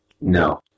No